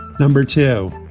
number two,